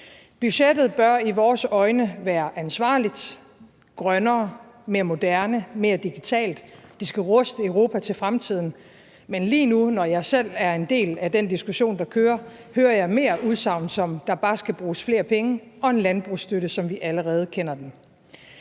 Budgettet bør i vores øjne være ansvarligt, grønnere, mere moderne, mere digitalt. Det skal ruste Europa til fremtiden. Men lige nu, når jeg selv er en del af den diskussion, der kører, hører jeg mere udsagn, som at der bare skal bruges flere penge, og at landbrugsstøtten skal være, som vi allerede kender den.